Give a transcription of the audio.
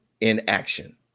inaction